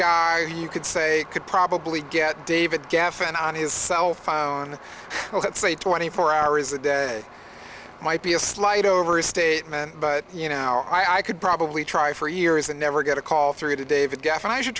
guy you could say could probably get david geffen on his cell phone that say twenty four hours a day might be a slight overstatement but you know now i could probably try for years and never get a call through to david geffen i should